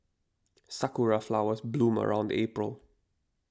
sakura flowers bloom around April